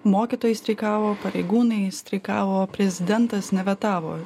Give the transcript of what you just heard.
mokytojai streikavo pareigūnai streikavo prezidentas nevetavo